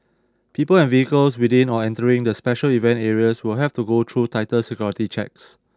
people and vehicles within or entering the special event areas will have to go through tighter security checks